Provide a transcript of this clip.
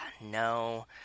No